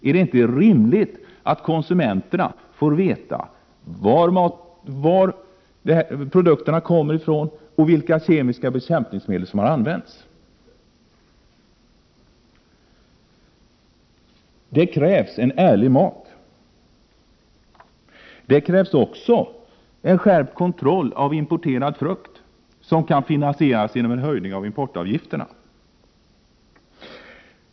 Är det inte rimligt att konsumenterna får veta varifrån produkterna kommer och vilka kemiska bekämpningsmedel som har använts? Det krävs ärlig mat. Det krävs också en skärpning av kontrollen av importerad frukt, en skärpning som kan finansieras genom en höjning av importavgifterna.